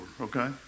okay